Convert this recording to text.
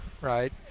right